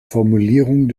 formulierung